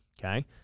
Okay